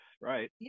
right